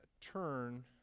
turn